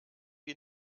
wie